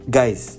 Guys